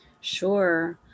Sure